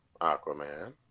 Aquaman